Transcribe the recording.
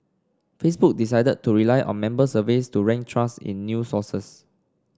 Facebook decided to rely on member surveys to rank trust in new sources